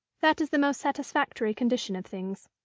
that is the most satisfactory condition of things.